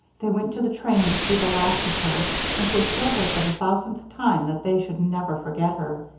they went to the train to see the last of her and to assure her for the thousandth time that they should never forget her.